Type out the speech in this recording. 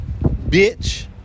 bitch